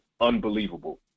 unbelievable